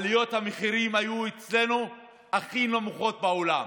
עליות המחירים היו אצלנו הכי נמוכות בעולם.